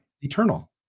eternal